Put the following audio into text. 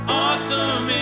awesome